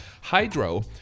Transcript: Hydro